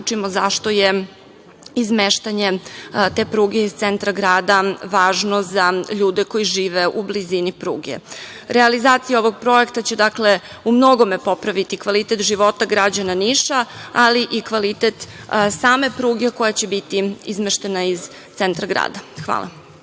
zaključimo zašto je izmeštanje te pruge iz centra grada važno za ljude koji žive u blizini pruge. Realizacija ovog projekta će umnogome popraviti kvalitet života građana Niša, ali i kvalitet same pruge, koja će biti izmeštena iz centra grada. Hvala.